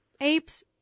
apes